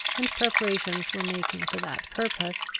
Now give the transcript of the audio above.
and preparations were making for that purpose,